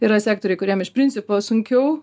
yra sektoriai kuriem iš principo sunkiau